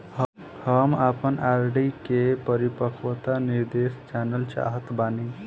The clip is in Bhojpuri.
हम आपन आर.डी के परिपक्वता निर्देश जानल चाहत बानी